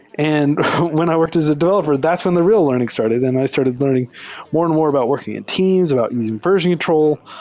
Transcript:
and when i worked as a developer, that's when the real learn ing started, and i started learn ing more and more about working in teams, about using version control,